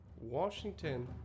Washington